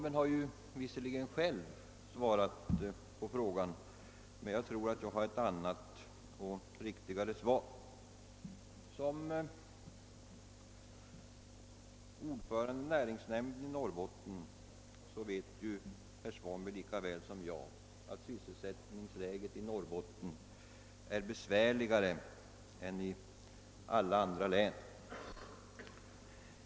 Herr Svanberg har visserligen själv svarat på frågan, men jag tror att jag kan ge ett annat och riktigare svar. Som ordförande i näringsnämnden i Norrbotten vet herr Svanberg lika väl som jag att sysselsättningsläget i Norrbotten är besvärligare än i alla andra län.